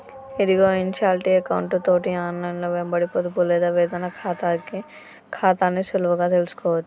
ఇదిగో ఇన్షాల్టీ ఎకౌంటు తోటి ఆన్లైన్లో వెంబడి పొదుపు లేదా వేతన ఖాతాని సులువుగా తెలుసుకోవచ్చు